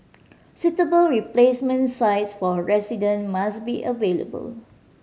suitable replacement sites for resident must be available